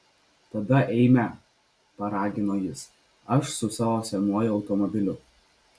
tada eime paragino jis aš su savo senuoju automobiliu